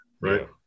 right